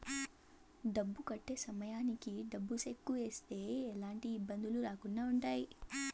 డబ్బు కట్టే సమయానికి డబ్బు సెక్కు ఇస్తే ఎలాంటి ఇబ్బందులు రాకుండా ఉంటాయి